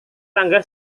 tangga